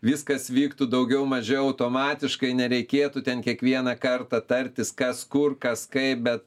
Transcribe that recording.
viskas vyktų daugiau mažiau automatiškai nereikėtų ten kiekvieną kartą tartis kas kur kas kaip bet